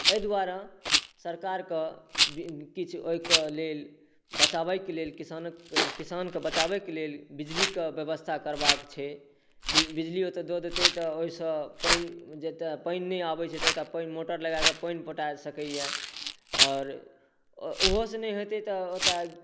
एहि दुआरे सरकारके किछु एहिके लेल बचाबैके लेल किसानके किसानके बचाबैके लेल बिजलीके बेबस्था करबाके छै बिजली ओतऽ दऽ देतै तऽ ओहिसँ पानि जतऽ पानि नहि आबै छै ओतऽ पानि मोटर लगाकऽ पानि पटा सकैए आओर ओहोसँ नहि हेतै तऽ